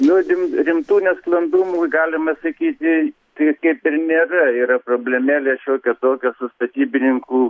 nu rim rimtų nesklandumų galima sakyti tai kaip ir nėra yra problemėlė šiokia tokia statybininkų